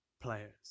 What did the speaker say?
players